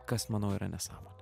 kas manau yra nesąmonė